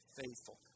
faithful